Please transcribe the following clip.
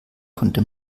konnte